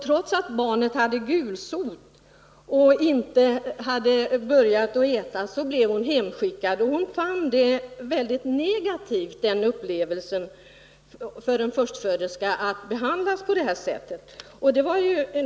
Trots att barnet hade gulsot och inte hade börjat äta blev hon hemskickad. Hon tyckte det var en mycket negativ upplevelse för en förstföderska att bli behandlad på detta sätt.